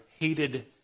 Hated